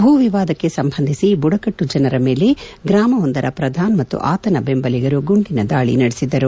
ಭೂ ವಿವಾದಕ್ಕೆ ಸಂಬಂಧಿಸಿ ಬುಡಕಟ್ಟು ಜನರ ಮೇಲೆ ಗ್ರಾಮವೊಂದರ ಪ್ರಧಾನ್ ಮತ್ತು ಆತನ ಬೆಂಬಲಿಗರು ಗುಂಡಿನ ದಾಳಿ ನಡೆಸಿದ್ದರು